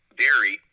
dairy